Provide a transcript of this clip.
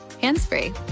hands-free